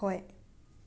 ꯍꯣꯏ